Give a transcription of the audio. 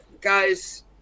guys